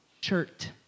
shirt